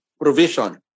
provision